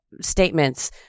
statements